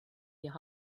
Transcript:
your